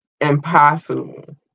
impossible